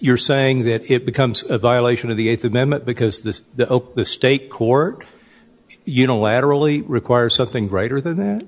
you're saying that it becomes a violation of the th amendment because this the open the state court unilaterally requires something greater than th